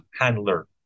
handler